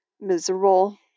miserable